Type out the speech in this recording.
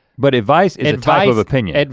but advice is a type of opinion.